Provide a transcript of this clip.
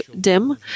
dim